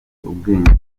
ubwenge